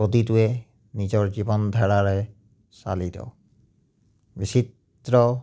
প্ৰতিটোৱে নিজৰ জীৱন ধাৰাৰে চালিত বিচিত্ৰ